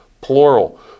plural